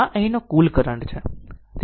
આ અહીંનો કુલ કરંટ i છે